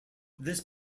this